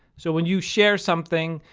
so when you share something,